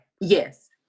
yes